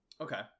Okay